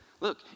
look